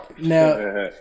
Now